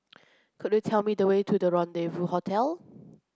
could you tell me the way to Rendezvous Hotel